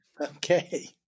Okay